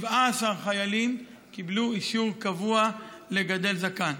17 חיילים קיבלו אישור קבוע לגדל זקן.